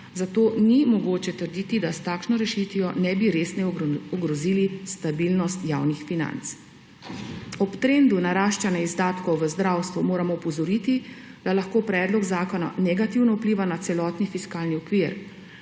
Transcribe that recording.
zato ni mogoče trditi, da s takšno rešitvijo ne bi resneje ogrozili stabilnosti javnih financ. Ob trendu naraščanja izdatkov v zdravstvu moramo opozoriti, da lahko predlog zakona negativno vpliva na celotni fiskalni okvir.